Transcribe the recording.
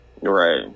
Right